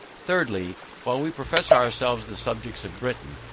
thirdly while we profess ourselves the subjects of britain,